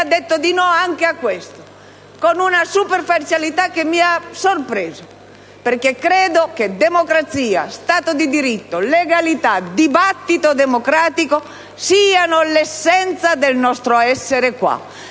ha detto di no anche a questo, con una superficialità che mi ha sorpreso, perché credo che democrazia, Stato di diritto, legalità e dibattito democratico siano l'essenza del nostro essere in